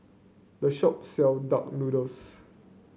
the shop sell Duck Noodles